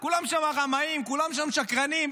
עם אפס המנדטים שלך,